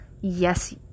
Yes